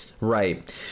Right